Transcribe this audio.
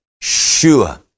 sure